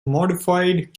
modified